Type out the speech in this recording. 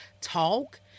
talk